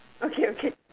okay okay